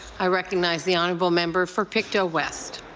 i recognize the and but member for pictou west.